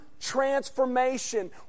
transformation